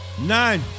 nine